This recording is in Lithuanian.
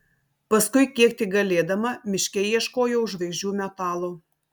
paskui kiek tik galėdama miške ieškojau žvaigždžių metalo